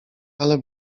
ale